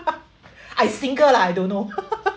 I single lah I don't know